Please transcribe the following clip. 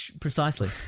precisely